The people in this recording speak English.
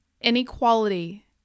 Inequality